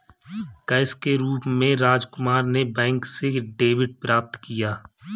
cash के रूप में राजकुमार ने बैंक से डेबिट प्राप्त किया